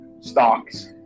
stocks